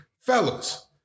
Fellas